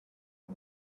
the